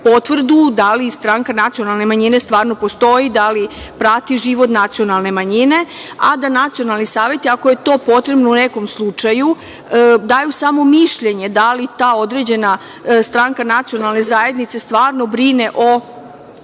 da li stranka nacionalne manjine stvarno postoji, da li prati život nacionalne manjine, a da nacionalni savet, ako je to potrebno u nekom slučaju, daju samo mišljenje da li ta određena stranka nacionalne zajednice stvarno brine o